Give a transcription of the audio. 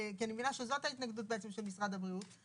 כי אני מבינה שזאת ההתנגדות בעצם של משרד הבריאות,